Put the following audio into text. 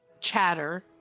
chatter